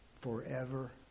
forever